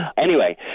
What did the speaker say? anyway,